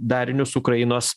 darinius ukrainos